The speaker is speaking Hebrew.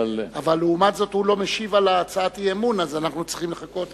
אבל לעומת זאת הוא לא משיב על הצעת האי-אמון ולכן אנחנו צריכים לחכות